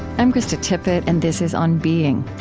i'm krista tippett and this is on being.